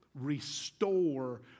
restore